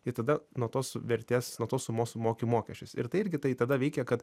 i tada nuo tos vertės nuo tos sumos sumoki mokesčius ir tai irgi tai tada veikia kad